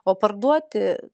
o parduoti